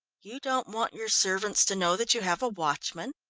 you don't want your servants to know that you have a watchman.